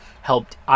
helped